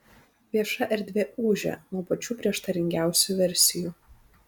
vieša erdvė ūžia nuo pačių prieštaringiausių versijų